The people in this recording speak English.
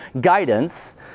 guidance